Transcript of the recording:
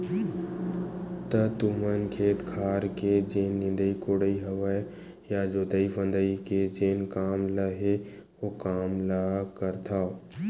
त तुमन खेत खार के जेन निंदई कोड़ई हवय या जोतई फंदई के जेन काम ल हे ओ कामा ले करथव?